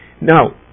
now